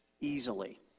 easily